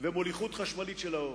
ומוליכות חשמלית של העור.